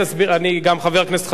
גם חבר הכנסת חסון לא הבין.